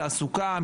תעסוקה,